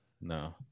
No